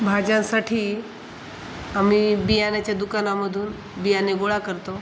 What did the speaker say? भाज्यांसाठी आम्ही बियाण्यांच्या दुकानामधून बियाणे गोळा करतो